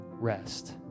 rest